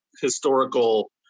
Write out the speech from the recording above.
historical